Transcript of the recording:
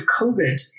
COVID